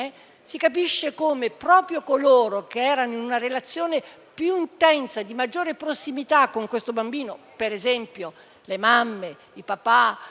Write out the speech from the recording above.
si capisce come proprio coloro che erano in una relazione più intensa, di maggiore prossimità con questo bambino - per esempio le mamme, i papà,